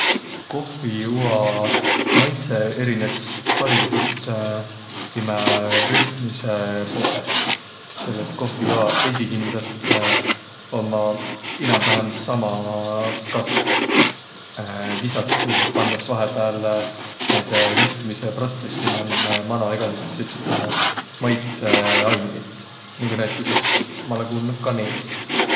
Kohviua maidsõq erines hariligult timä röstmise poolõst. Selle et kohviuaq esiqhindäst ommaq inämb-vähämb sama kasv, Lisas viil pandas vahepääl näide röstmise protsess man mano egäsugutsi maitsõainit, nigu näütüses ma olõ kuuldnuq, kaneeli.